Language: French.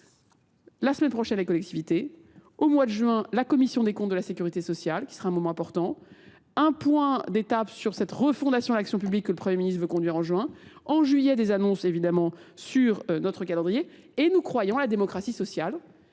la semaine prochaine la collectivité, au mois de juin la commission des comptes de la sécurité sociale qui sera un moment important, un point d'étape sur cette refondation à l'action publique que le premier ministre veut conduire en juin, en juillet des annonces évidemment sur notre calendrier et nous croyons à la démocratie sociale